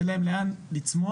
יהיה להם לאן לצמוח,